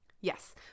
Yes